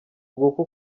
nguko